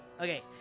Okay